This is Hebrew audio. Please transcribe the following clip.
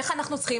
איך אנחנו צריכים?